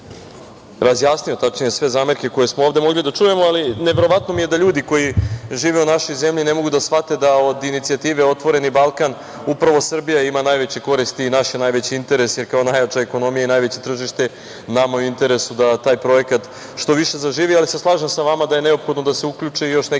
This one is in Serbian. razjasnio sve zamerke koje smo ovde mogli da čujemo. Ali, neverovatno mi je da ljudi koji žive u našoj zemlji ne mogu da shvate da od inicijative „Otvoreni Balkan“ upravo Srbija ima najveće koristi i naš je najveći interes, kao najjača ekonomija i najveće tržište, nama je u interesu da taj projekat što više zaživi, ali se slažem sa vama da je neophodno da se uključe i još neke